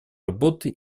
работы